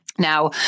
Now